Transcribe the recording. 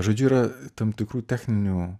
žodžiu yra tam tikrų techninių